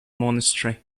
monastery